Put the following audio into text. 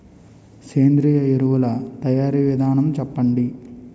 సేంద్రీయ ఎరువుల తయారీ విధానం చెప్పండి?